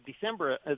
December